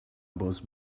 boss